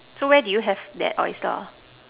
so where did you have that oyster